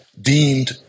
deemed